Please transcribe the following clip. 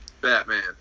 Batman